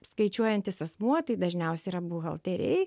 skaičiuojantis asmuo tai dažniausia yra buhalteriai